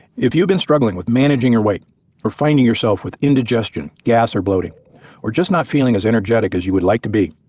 if you've been struggling with managing your weight or finding yourself with indigestion, gas, or bloating or just not feeling as energetic as you would like to be,